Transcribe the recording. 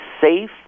safe